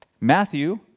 Matthew